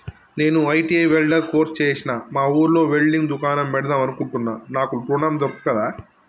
నేను ITI welder course చేశ్న మా ఊర్లో వెల్డింగ్ దుకాన్ పెడదాం అనుకుంటున్నా నాకు ఋణం దొర్కుతదా?